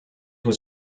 was